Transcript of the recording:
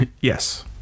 Yes